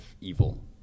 evil